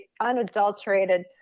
unadulterated